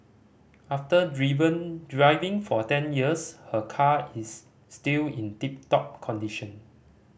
after driven driving for ten years her car is still in tip top condition